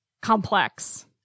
complex